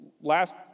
last